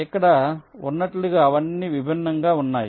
ఇక్కడ ఉన్నట్లుగా అవన్నీ విభిన్నంగా ఉన్నాయి